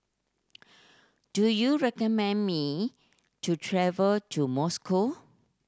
do you recommend me to travel to Moscow